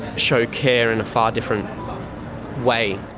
show care in a far different way.